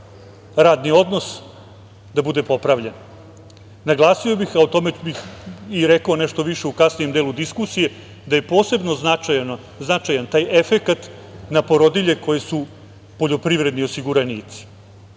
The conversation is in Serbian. radni odnos, bude popravljen. Naglasio bih, a o tome bih i rekao nešto više u kasnijem delu diskusije, da je posebno značajan taj efekat na porodilje koje su poljoprivredni osiguranici. Osim